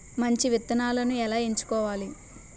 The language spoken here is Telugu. మంచి విత్తనాలను ఎలా ఎంచుకోవాలి?